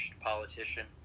politician